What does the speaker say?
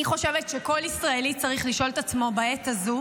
אני חושבת שכל ישראלי צריך לשאול את עצמו בעת הזו